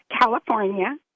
California